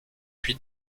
puis